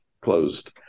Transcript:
closed